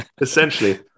essentially